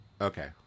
Okay